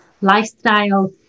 lifestyle